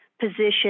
position